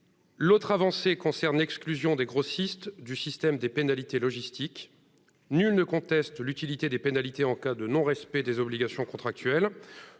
L'autre avancée concerne l'exclusion des grossistes du système des pénalités logistiques. Nul ne conteste l'utilité des pénalités en cas de non-respect des obligations du contrat,